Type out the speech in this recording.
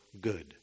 good